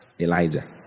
Elijah